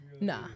Nah